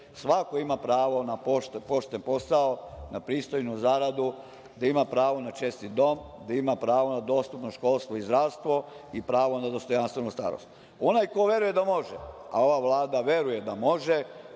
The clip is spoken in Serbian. svako ima pravo na pošten posao, na pristojnu zaradu, da ima pravo na čestit dom, da ima pravo na dostupno školstvo i zdravstvo i pravo na dostojanstvenu starost. Onaj ko veruje da može, a ova Vlada veruje da može,